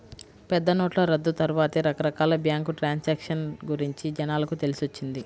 పెద్దనోట్ల రద్దు తర్వాతే రకరకాల బ్యేంకు ట్రాన్సాక్షన్ గురించి జనాలకు తెలిసొచ్చింది